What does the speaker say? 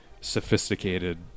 sophisticated